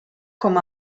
com